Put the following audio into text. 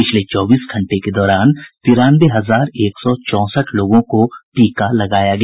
पिछले चौबीस घंटे के दौरान तिरानवे हजार एक सौ चौंसठ लोगों को टीका लगाया गया